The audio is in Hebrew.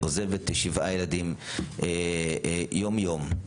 עוזבת שבעה ילדים יום יום,